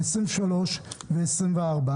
2023 ו-2024.